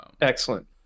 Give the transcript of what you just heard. Excellent